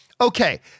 Okay